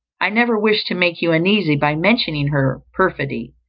i never wished to make you uneasy by mentioning her perfidy,